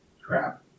crap